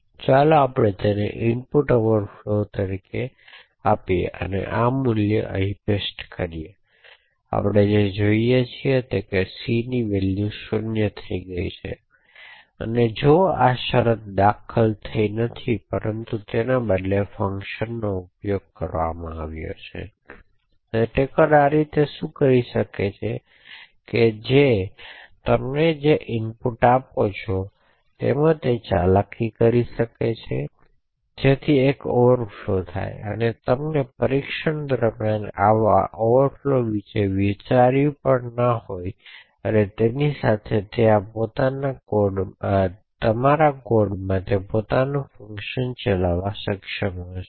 તો ચાલો આપણે તેને ઇનપુટ ઓવરફ્લો તરીકે આપીએ અને આ મૂલ્ય અહીં પેસ્ટ કરીએ અને આપણે જે જોઈએ છીએ તે છે કે c ની વેલ્યુ 0 થઈ ગઈ છે અને તેથી આ જો શરત દાખલ થઈ નથી પરંતુ તેના બદલે ફંકશનનો ઉપયોગ કરવામાં આવ્યો છે તેથી એટેકર આ રીતે શું કરી શકે છે તે તે છે કે તમે જે ઇનપુટ્સ આપોઆપ લો છો તે તેઓ ચાલાકી કરી શકે જેથી એક ઓવરફ્લો થાય અને તમે પરીક્ષણ દરમિયાન આવા ઓવરફ્લો વિશે વિચાર્યું ન હોત અને આની સાથે તેઓ કોડમાં પોતાના ફંકશન ચલાવવા માટે સક્ષમ હશે